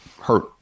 hurt